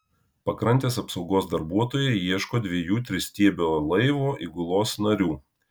pakrantės apsaugos darbuotojai ieško dviejų tristiebio laivo įgulos narių